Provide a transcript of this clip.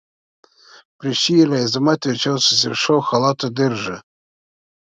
prieš jį įleisdama tvirčiau susirišau chalato diržą